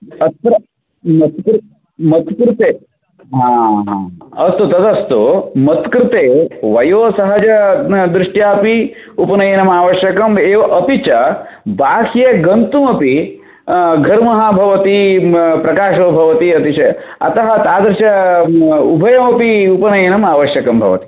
अत्र मत्कृ मत्कृते हा हा अस्तु तद् अस्तु मत्कृते वयोसहजदृष्ट्यापि उपनयनम् आवश्यकमेव अपि च बाह्ये गन्तुमपि घर्मः भवति प्रकाशो भवति अतिशय् अतः तादृश उभयोऽपि उपनयनम् आवश्यकं भवति